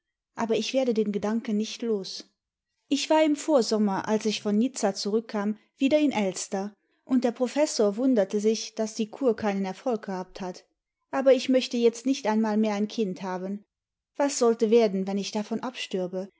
aber ich werde den gedanken nicht los ick war im vorsommer als ich von nizza zurückkam wieder in elster und der professor wunderte sich daß die kur keinen erfolg gehabt hat aber ich möchte jetzt nicht einmal mehr ein kind haben was sollte werden wenn ich davon abstürbe